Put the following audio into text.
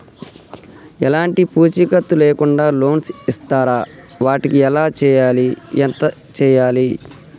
ఎలాంటి పూచీకత్తు లేకుండా లోన్స్ ఇస్తారా వాటికి ఎలా చేయాలి ఎంత చేయాలి?